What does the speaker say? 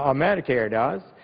um medicare does.